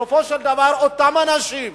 בסופו של דבר, אותם אנשים